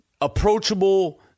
approachable